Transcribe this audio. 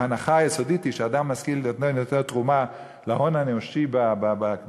ההנחה היסודית היא שאדם משכיל נותן יותר תרומה להון האנושי בכלכלה,